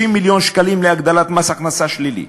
90 מיליון שקלים להגדלת מס הכנסה שלילי,